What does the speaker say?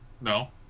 no